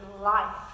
life